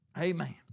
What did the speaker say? Amen